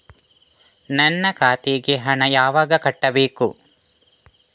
ನನ್ನ ಖಾತೆಗೆ ಹಣ ಯಾವಾಗ ಕಟ್ಟಬೇಕು?